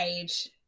age